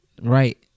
right